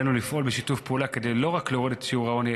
עלינו לפעול בשיתוף פעולה כדי לא רק להוריד את שיעור העוני,